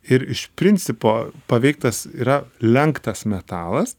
ir iš principo paveiktas yra lenktas metalas